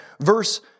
verse